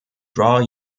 draw